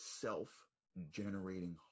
self-generating